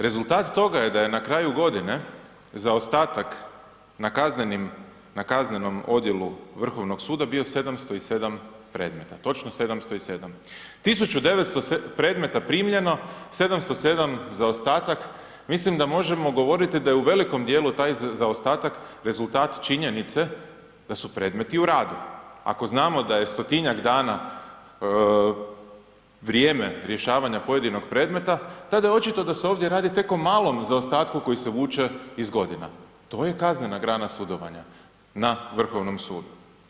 Rezultat toga je da je na kraju godine zaostatak na kaznenom odjelu Vrhovnog suda bili 707 predmeta, točno 707. 1900 predmeta primljeno, 707 zaostatak, mislim da možemo govoriti da je u velikom djelu taj zaostatak rezultat činjenice da su predmeti u radu ako znamo da je stotinjak dana vrijeme rješavanja pojedinog predmeta, tada je očito da se ovdje radi tek o malom zaostatku koji se vuče iz godina, to je kaznena grana sudovanja na Vrhovnom sudu.